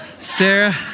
Sarah